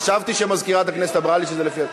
חשבתי שמזכירת הכנסת אמרה לי שזה לפי,